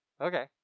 Okay